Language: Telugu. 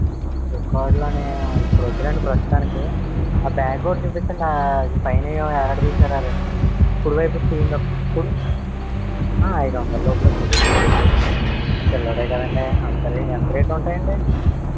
రికార్డులనే ఇప్పుడు వద్దులేండి ప్రస్తుతానికి ఆ బ్యాగు ఒకటి చూపించండి ఆ పైన ఏవో వేలాడదీశారు ఆ రెండు కుడి వైపుది తియ్యండి ఒకసారి కుడి ఆ ఐదు వందలోపే చూపించండి పిల్లవాడే కదండి అంతా రేటు ఎంత రేటు ఉంటాయండి